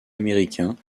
américains